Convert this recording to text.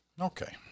Okay